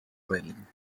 swelling